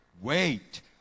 wait